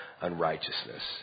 unrighteousness